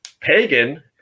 pagan